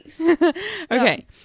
okay